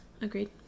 Agreed